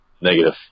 Negative